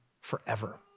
forever